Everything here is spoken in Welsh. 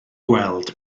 gweld